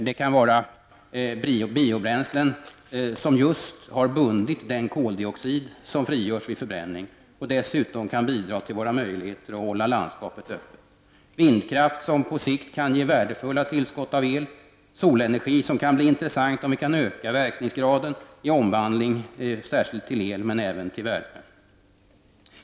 Det kan vara biobränslen, som just har bundit den koldioxid som frigörs vid förbränning och dessutom kan bidra till våra möjligheter att hålla landskapet öppet. Vindkraft kan på sikt ge värdefulla tillskott av el. Solenergi kan bli intressant, om vi kan öka verkningsgraden vid omvandling särskilt till el men även till värme.